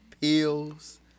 pills